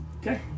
Okay